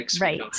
right